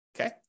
okay